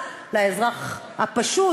לאזרח הפשוט,